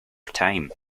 time